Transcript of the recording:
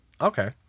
Okay